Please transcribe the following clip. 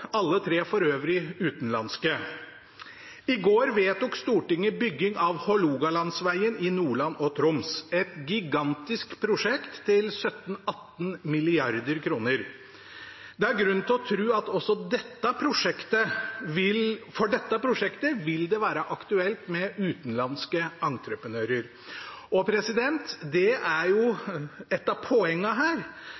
alle tre for øvrig utenlandske. I går vedtok Stortinget bygging av Hålogalandsveien i Nordland og Troms, et gigantisk prosjekt til 17–18 mrd. kr. Det er grunn til å tro at også for dette prosjektet vil det være aktuelt med utenlandske entreprenører, og det er